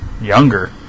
Younger